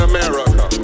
America